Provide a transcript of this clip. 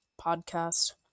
podcast